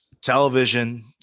television